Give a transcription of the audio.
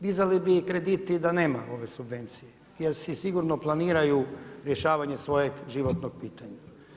Dizali bi i kredit i da nema ove subvencije jer si sigurno planiraju rješavanje svojeg životnog pitanja.